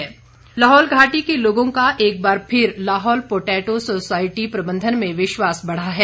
आलू लाहौल घाटी के लोगों का एक बार फिर लाहौल पोटैटो सोसायटी प्रबंधन में विश्वास बढ़ा है